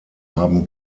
haben